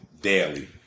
daily